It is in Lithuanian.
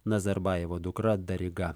nazarbajevo dukra dariga